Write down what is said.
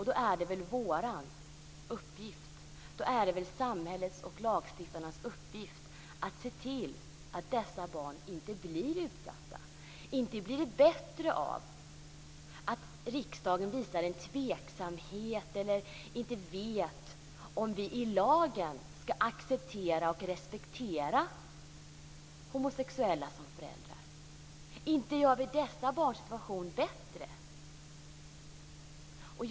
Då är det väl lagstiftarnas och samhällets uppgift att se till att dessa barn inte blir utsatta. Inte blir det bättre av att riksdagen visar en tveksamhet eller inte vet om vi i lagen ska acceptera och respektera homosexuella som föräldrar. Inte gör vi dessa barns situation bättre.